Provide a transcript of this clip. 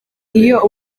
iyo